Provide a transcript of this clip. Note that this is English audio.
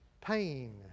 pain